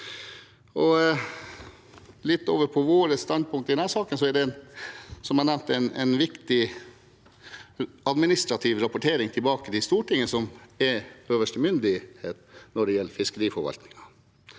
Litt over på våre standpunkt i denne saken: Det er, som jeg har nevnt, en viktig administrativ rapportering tilbake til Stortinget, som er øverste myndighet når det gjelder fiskeriforvaltningen.